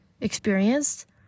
experienced—